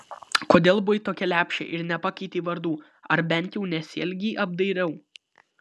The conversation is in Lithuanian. kodėl buvai tokia lepšė ir nepakeitei vardų ar bent jau nesielgei apdairiau